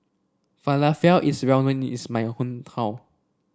falafel is well of knees in my hometown